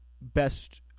best